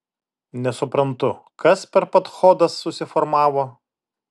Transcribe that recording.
nesuprantu kas per padchodas susiformavo